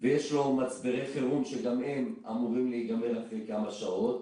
ויש לו מצברי חירום שגם הם אמורים להיגמר אחרי כמה שעות.